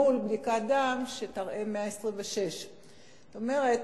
מול בדיקת דם שתראה 126. זאת אומרת,